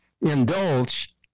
indulge